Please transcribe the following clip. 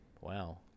Wow